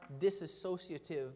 disassociative